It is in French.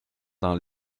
dans